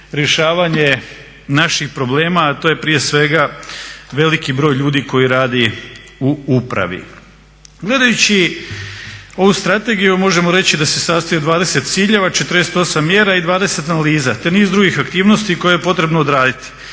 naših problema, a to je prije svega veliki broj ljudi koji radi u upravi. Gledajući ovu strategiju možemo reći da se sastoji od 20 ciljeva, 48 mjera i 20 analiza te niz drugih aktivnosti koje je potrebno odraditi.